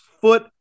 foot